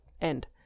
End